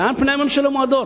לאן פני הממשלה מועדות?